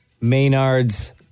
Maynard's